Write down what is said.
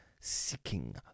seeking